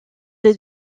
des